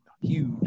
huge